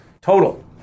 total